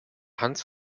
hans